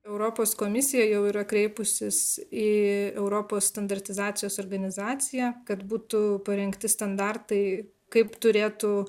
europos komisija jau yra kreipusis į europos standartizacijos organizaciją kad būtų parengti standartai kaip turėtų